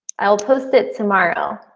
i'll post it tomorrow.